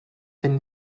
wenn